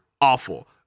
Awful